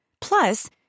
Plus